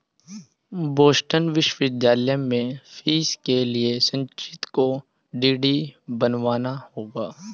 Boston विश्वविद्यालय में fees के लिए संचित को डी.डी बनवाना होगा